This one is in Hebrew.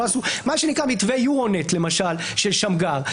מה שנקרא מתווה יורונט, למשל, של שמגר.